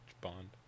Bond